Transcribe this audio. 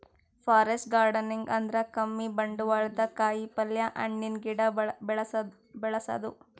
forest gardening ಅಂದ್ರ ಕಮ್ಮಿ ಬಂಡ್ವಾಳ್ದಾಗ್ ಕಾಯಿಪಲ್ಯ, ಹಣ್ಣಿನ್ ಗಿಡ ಬೆಳಸದು